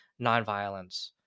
nonviolence